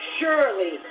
Surely